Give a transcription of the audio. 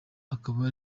akaba